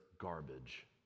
garbage